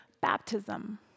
baptism